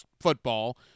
football